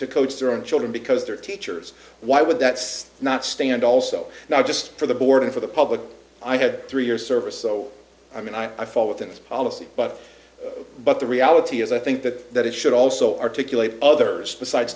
to coach their own children because they're teachers why would that not stand also not just for the board and for the public i had three years service so i mean i fall within this policy but but the reality is i think that that it should also articulate others besides